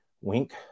Wink